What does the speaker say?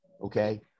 okay